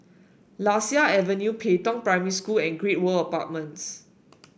Lasia Avenue Pei Tong Primary School and Great World Apartments